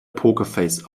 pokerface